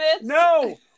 No